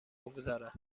بگذارد